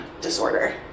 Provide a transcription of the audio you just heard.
disorder